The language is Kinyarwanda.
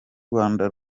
rwanda